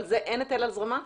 על זה אין היטל הזרמה?